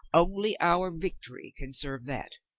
only our victory can serve that.